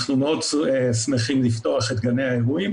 אנחנו מאוד שמחים לפתוח את גני האירועים,